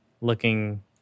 looking